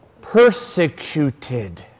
persecuted